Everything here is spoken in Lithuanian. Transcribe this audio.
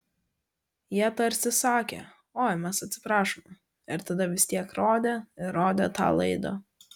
jie tarsi sakė oi mes atsiprašome ir tada vis tiek rodė ir rodė tą laidą